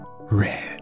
red